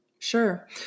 Sure